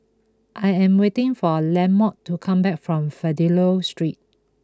I am waiting for Lamont to come back from Fidelio Street